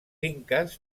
inques